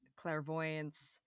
clairvoyance